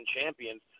champions